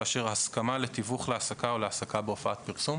ולהשאיר ההסכמה לתיווך להעסקה או להעסקה בהופעת פרסום?